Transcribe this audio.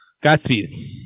Godspeed